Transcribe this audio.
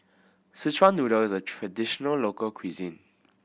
Szechuan Noodle is a traditional local cuisine